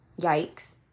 yikes